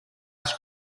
ice